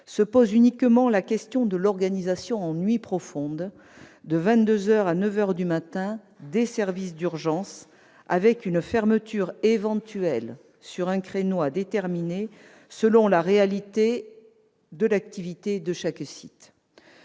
Se pose uniquement la question de l'organisation en nuit profonde, de vingt-deux heures à neuf heures du matin, des services d'urgence, avec une fermeture éventuelle sur un créneau à déterminer selon la réalité de l'activité de chaque site.